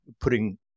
putting